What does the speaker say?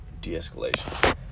de-escalation